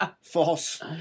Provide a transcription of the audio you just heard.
False